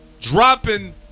Dropping